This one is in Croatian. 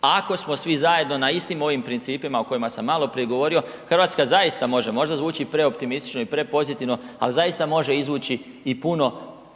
ako smo svi zajedno na istim ovim principima o kojima sam maloprije govorio Hrvatska zaista može, možda zvuči preoptimistično i prepozitivno, ali zaista može izvući i puno,